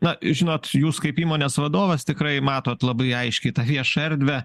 na žinot jūs kaip įmonės vadovas tikrai matot labai aiškiai tą viešą erdvę